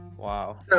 Wow